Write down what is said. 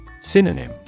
Synonym